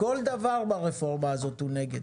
כל דבר ברפורמה הזאת הוא נגד.